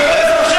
ג'בארין,